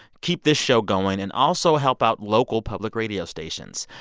keep this show going and also help out local public radio stations.